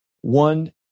One